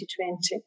2020